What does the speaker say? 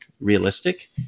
realistic